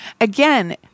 Again